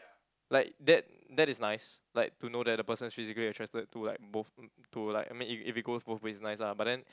like that that is nice like to know that the person is physically attracted to like both uh to like I mean if it if it goes both ways is nice lah but then